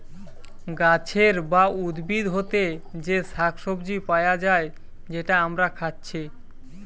গাছের বা উদ্ভিদ হোতে যে শাক সবজি পায়া যায় যেটা আমরা খাচ্ছি